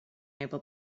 able